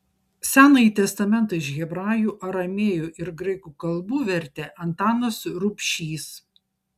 senąjį testamentą iš hebrajų aramėjų ir graikų kalbų vertė antanas rubšys